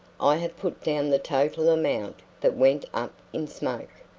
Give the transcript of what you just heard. i have put down the total amount that went up in smoke.